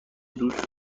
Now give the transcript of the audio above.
دوست